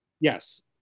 Yes